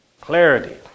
Clarity